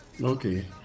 Okay